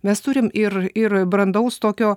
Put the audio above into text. mes turim ir ir brandaus tokio